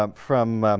um from